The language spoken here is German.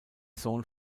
sohn